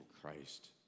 Christ